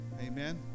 Amen